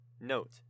Note